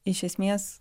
iš esmės